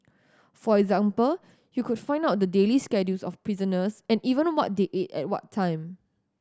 for example you could find out the daily schedules of prisoners and even what they ate at what time